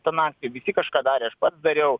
tą naktį visi kažką darė aš pats dariau